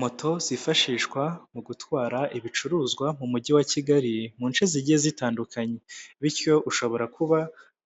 Moto zifashishwa mu gutwara ibicuruzwa mu mujyi wa Kigali, mu nshe zigiye zitandukanye, bityo ushobora kuba